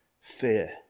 fear